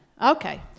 Okay